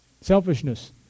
Selfishness